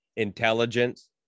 Intelligence